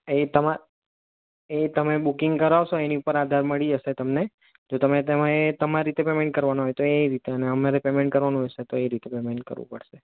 એ તમાર એ તમે બુકિંગ કરાવશો એની ઉપર આધાર મળી જશે તમને જો તમે તમે તમાર રીતે પેમેન્ટ કરવાનું હોય તો એ રીતે અને અમારે રીતે પેમેન્ટ કરવાનું હોય તો એ રીતે પેમેન્ટ કરવું પડશે